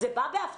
זה בא בהפתעה.